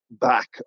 back